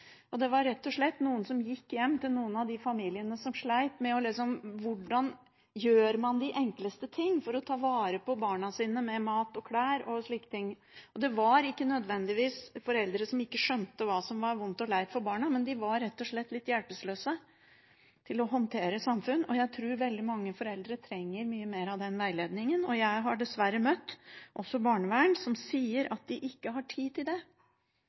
husmorvikar. Det var rett og slett noen som gikk hjem til noen av de familiene som slet, for å vise hvordan man gjør de enkleste ting for å ta vare på barna med mat, klær og slike ting. Det var ikke nødvendigvis foreldre som ikke skjønte hva som var vondt og leit for barna, men de var rett og slett litt hjelpeløse med hensyn til å håndtere samfunnet. Jeg tror veldig mange foreldre trenger mye mer av den veiledningen. Jeg har dessverre også møtt barnevern som sier at de ikke har tid til det,